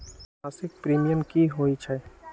मासिक प्रीमियम की होई छई?